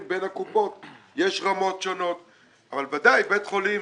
בין הקופות אלא יש רמות שונות אבל בוודאי בית חולים